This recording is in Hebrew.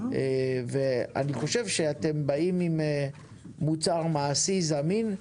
ואני חושב שאתם באים עם מוצר מעשי, זמין,